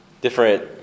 different